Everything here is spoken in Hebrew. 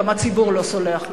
גם הציבור לא סולח להם.